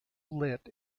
lit